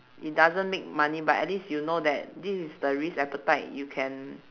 it doesn't make money but at least you know that this is the risk appetite you can